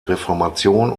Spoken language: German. reformation